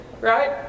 right